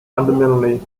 fundamentally